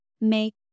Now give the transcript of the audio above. make